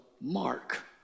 Mark